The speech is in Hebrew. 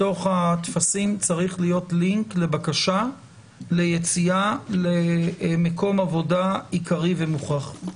בתוך הטפסים צריך להיות לינק לבקשה ליציאה למקום עבודה עיקרי ומוכח.